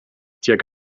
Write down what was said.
tuag